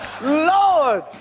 Lord